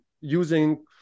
using